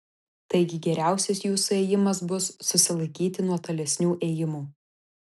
taigi geriausias jūsų ėjimas bus susilaikyti nuo tolesnių ėjimų